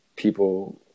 people